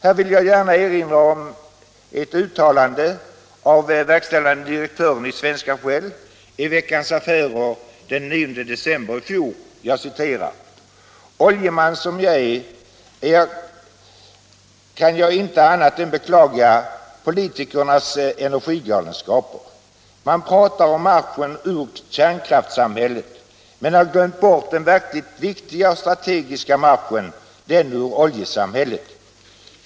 Här vill jag gärna erinra om ett uttalande av verkställande direktören i Svenska Shell i Veckans Affärer av den 9 december i fjol: ”Oljeman som jag är kan jag inte annat än beklaga politikernas energigalenskaper. Man pratar om marschen ur kärnkraftssamhället, men har glömt bort den verkligt viktiga och strategiska marschen — den ur oljesamhället.